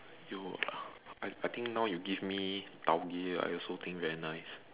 you I think now you give me tau-gee I also think very nice